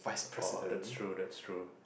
oh that's true that's true